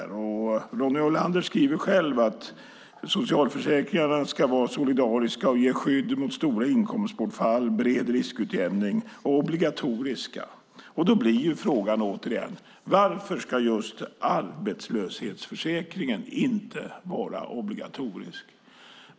Ronny Olander skriver själv att socialförsäkringarna ska vara solidariska och ge skydd mot stora inkomstbortfall, bred riskutjämning och obligatoriska. Då blir frågan återigen: Varför ska just arbetslöshetsförsäkringen inte vara obligatorisk?